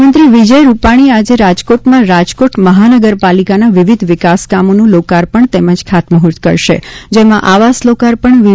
મુખ્યમંત્રી વિજય રૂપાણી આજે રાજકોટમાં રાજકોટ મહાનગરપાલિકાના વિવિધ વિકાસકામોનું લોકાર્પણ તેમજ ખાતમુહૂર્ત કરશે જેમાં આવાસ લોકાર્પણ વી